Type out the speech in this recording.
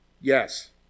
Yes